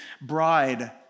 bride